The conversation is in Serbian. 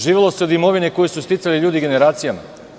Živelo se od imovine koju sticali ljudi generacijama.